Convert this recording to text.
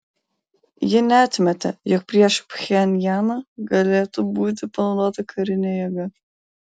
ji neatmetė jog prieš pchenjaną galėtų būti panaudota karinė jėga